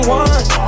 one